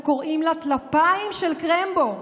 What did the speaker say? הם קוראים להם "טלפיים של קרמבו",